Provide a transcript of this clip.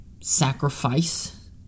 sacrifice